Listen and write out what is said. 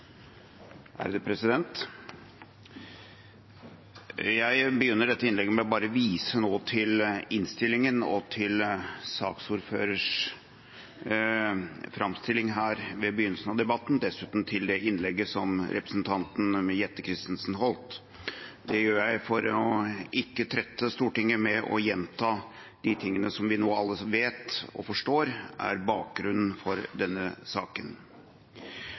er omme. Jeg begynner dette innlegget med å vise til innstillinga og til saksordførerens framstilling her ved begynnelsen av debatten – dessuten til det innlegget som representanten Jette Christensen holdt. Det gjør jeg for ikke å trette Stortinget med å gjenta det som vi nå alle vet og forstår er bakgrunnen for denne saken.